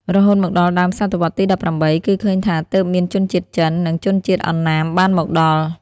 រហូតមកដល់ដើមសតវត្សរ៍ទី១៨ គឺឃើញថាទើបមានជនជាតិចិន និងជនជាតិអណ្ណាមបានមកដល់។